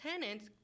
tenants